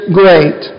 great